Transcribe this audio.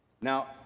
Now